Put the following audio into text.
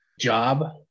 Job